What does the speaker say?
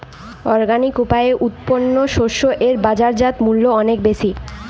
organic উপায়ে উৎপন্ন শস্য এর বাজারজাত মূল্য অনেক বেশি